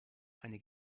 eine